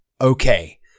okay